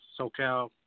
SoCal